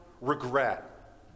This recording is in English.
regret